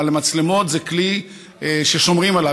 אבל מצלמות זה כלי ששומרים עליו.